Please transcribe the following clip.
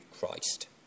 Christ